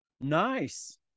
nice